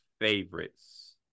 favorites